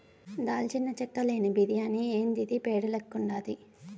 దాల్చిన చెక్క లేని బిర్యాని యాందిది పేడ లెక్కుండాది